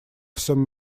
всем